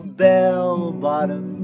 bell-bottom